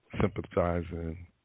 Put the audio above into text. sympathizing